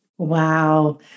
Wow